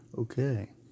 Okay